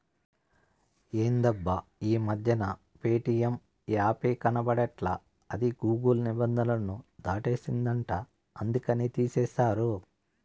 ఎందబ్బా ఈ మధ్యన ప్యేటియం యాపే కనబడట్లా అది గూగుల్ నిబంధనలు దాటేసిందంట అందుకనే తీసేశారు